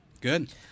Good